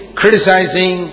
criticizing